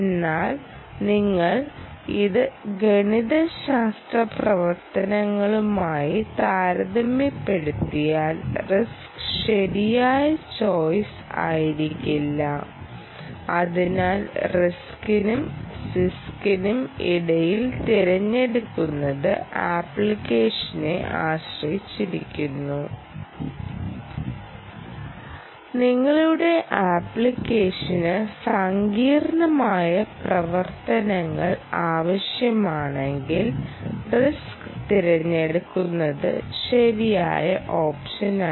എന്നാൽ നിങ്ങൾ ഇത് ഗണിതശാസ്ത്ര പ്രവർത്തനങ്ങളുമായി താരതമ്യപ്പെടുത്തിയാൽ RISC ശരിയായ ചോയ്സ് ആയിരിക്കില്ല അതിനാൽ RISC നും CISC നും ഇടയിൽ തിരഞ്ഞെടുക്കുന്നത് അപ്ലിക്കേഷനെ ആശ്രയിച്ചിരിക്കുന്നു നിങ്ങളുടെ അപ്ലിക്കേഷന് സങ്കീർണ്ണമായ പ്രവർത്തനങ്ങൾ ആവശ്യമാണെങ്കിൽ RISC തിരഞ്ഞെടുക്കുന്നത് ശരിയായ ഓപ്ഷനല്ല